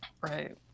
right